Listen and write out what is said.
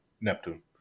Neptune